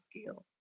skill